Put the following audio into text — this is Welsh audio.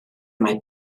mae